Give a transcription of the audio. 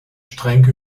streng